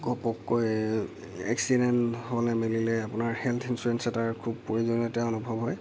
ঘপককৈ একচিডেণ্ট হ'লে মেলিলে আপোনাৰ হেল্থ ইনছ'ৰেঞ্চ এটাৰ খুব প্ৰয়োজনীয়তা অনুভৱ হয়